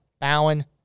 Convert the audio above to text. Bowen